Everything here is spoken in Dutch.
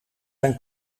zijn